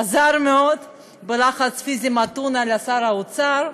עזר מאוד בלחץ פיזי מתון על שר האוצר,